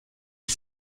est